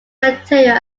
material